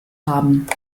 haben